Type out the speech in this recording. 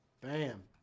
Bam